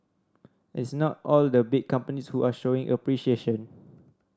it's not all the big companies who are showing appreciation